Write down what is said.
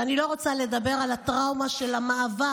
ואני לא רוצה לדבר על הטראומה של המעבר